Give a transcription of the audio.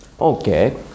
Okay